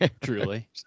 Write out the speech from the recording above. Truly